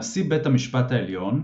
נשיא בית המשפט העליון,